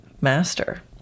master